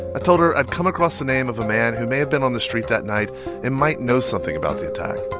i told her i'd come across the name of a man who may have been on the street that night and might know something about the attack.